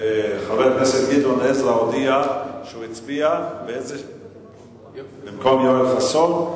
חבר הכנסת עזרא מודיע שהצביע במקום חבר הכנסת חסון.